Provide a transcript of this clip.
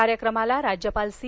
कार्यक्रमाला राज्यपाल चे